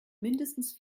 mindestens